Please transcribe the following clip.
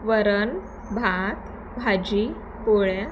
वरणभात भाजी पोळ्या